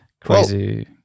crazy